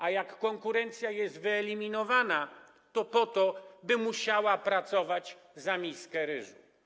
A konkurencja jest wyeliminowana po to, by musiała pracować za miskę ryżu.